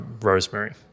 rosemary